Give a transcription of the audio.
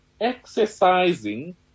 exercising